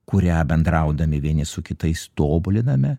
kurią bendraudami vieni su kitais tobuliname